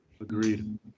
Agreed